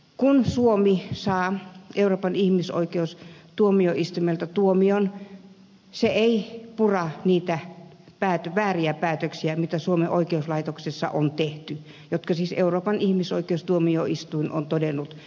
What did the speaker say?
kun suomi saa euroopan ihmisoikeustuomioistuimelta tuomion se ei pura niitä vääriä päätöksiä joita suomen oikeuslaitoksessa on tehty ja jotka siis euroopan ihmisoikeustuomioistuin on todennus vääriksi